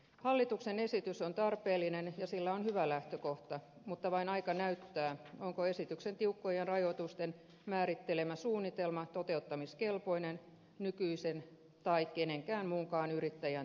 hallituksen esitys on tarpeellinen ja sillä on hyvä lähtökohta mutta vain aika näyttää onko esityksen tiukkojen rajoitusten määrittelemä suunnitelma toteuttamiskelpoinen nykyisen tai kenenkään muunkaan yrittäjän toimesta